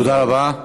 תודה רבה.